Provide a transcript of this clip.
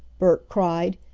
bert cried.